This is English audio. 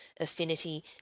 Affinity